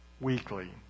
weekly